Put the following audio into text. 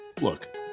Look